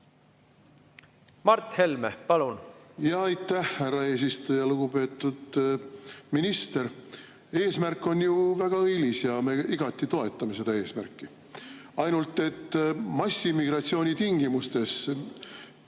Mart Helme, palun! Aitäh, härra eesistuja! Lugupeetud minister! Eesmärk on ju väga õilis ja me igati toetame seda eesmärki. Ainult et massimigratsiooni tingimustes,